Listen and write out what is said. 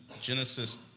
Genesis